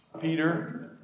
Peter